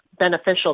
beneficial